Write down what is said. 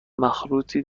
مخروطی